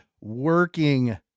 working